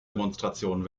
demonstrationen